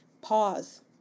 Pause